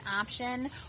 option